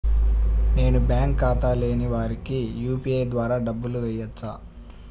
నేను బ్యాంక్ ఖాతా లేని వారికి యూ.పీ.ఐ ద్వారా డబ్బులు వేయచ్చా?